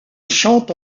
chante